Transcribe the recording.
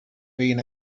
been